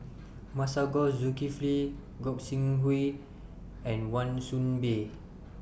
Masagos Zulkifli Gog Sing Hooi and Wan Soon Bee